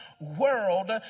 world